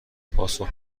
پاسخ